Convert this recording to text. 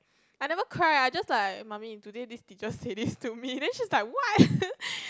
I never cry I just like mummy today this teacher say this to me then she's like what